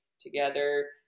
together